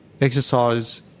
exercise